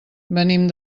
venim